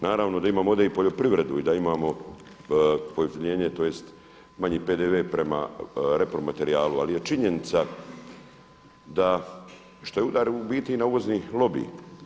Naravno da imamo ovdje i poljoprivredu, i da imamo i pojeftinjenje tj. manji PDV-e prema repromaterijalu, ali je činjenica da što je udar u biti i na uvozni lobi.